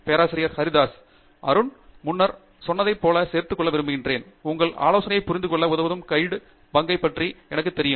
பேராசிரியர் பிரதாப் ஹரிதாஸ் அருண் முன்னர் சொன்னதைச் சேர்த்துக் கொள்ள விரும்புகிறேன் உங்கள் ஆலோசனையைப் புரிந்துகொள்ள உதவுவதில் கைடு பங்கைப் பற்றி எனக்குத் தெரியும்